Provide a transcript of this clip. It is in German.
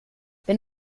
wenn